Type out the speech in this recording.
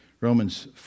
Romans